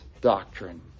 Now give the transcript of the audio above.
doctrine